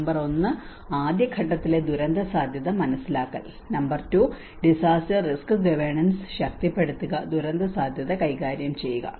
number ഒന്ന് ആദ്യ ഘട്ടത്തിലെ ദുരന്തസാധ്യത മനസ്സിലാക്കൽ നമ്പർ 2 ഡിസാസ്റ്റർ റിസ്ക് ഗവേണൻസ് ശക്തിപ്പെടുത്തുക ദുരന്തസാധ്യത കൈകാര്യം ചെയ്യുക